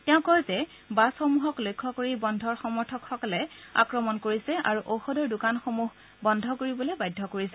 তেওঁ কয় যে বাছসমূহক লক্ষ্য কৰি আক্ৰমণ কৰিছে আৰু ঔষধৰ দোকানসমূহক বন্ধ কৰিবলৈ বাধ্য কৰিছে